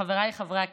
חבריי חברי הכנסת,